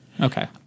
Okay